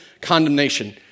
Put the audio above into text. condemnation